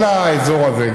כל האזור הזה,